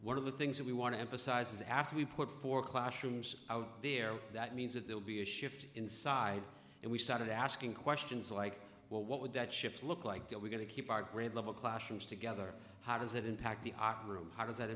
of the things that we want to emphasize is after we put four classrooms out there that means that they'll be a shift inside and we started asking questions like well what would that shift look like that we're going to keep our grade level classrooms together how does it impact the art room how does that